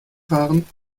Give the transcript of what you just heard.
fahren